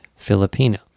Filipino